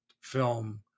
film